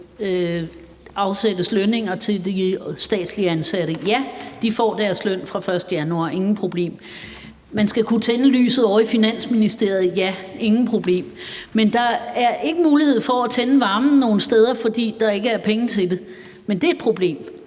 afsættes lønninger til de statsligt ansatte – ja, de får deres løn den 1. januar, intet problem. Man skal kunne tænde lyset ovre i Finansministeriet – ja, intet problem. Men nogen steder er der ikke mulighed for at tænde for varmen, fordi der ikke er penge til det – er det et problem,